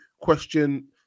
question